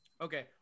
Okay